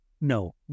no